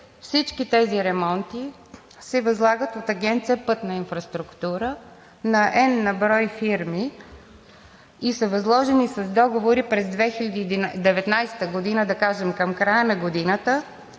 всички тези ремонти се възлагат от Агенция „Пътна инфраструктура“ на n на брой фирми. Възложени са с договори през 2019 г., да кажем към края на годината